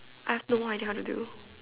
I have no idea how to do